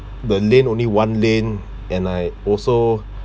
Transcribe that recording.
the lane only one lane and I also